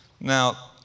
Now